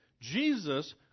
Jesus